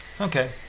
Okay